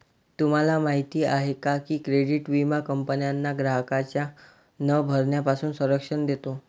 तुम्हाला माहिती आहे का की क्रेडिट विमा कंपन्यांना ग्राहकांच्या न भरण्यापासून संरक्षण देतो